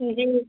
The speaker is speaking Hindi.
जी